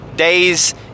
days